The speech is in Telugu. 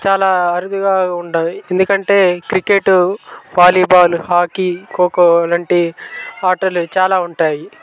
చాలా అరుదుగా ఉంటాయి ఎందుకంటే క్రికెట్ వాలీబాల్ హాకీ కోకో లాంటి ఆటోలు చాలా ఉంటాయి